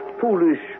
foolish